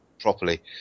properly